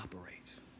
operates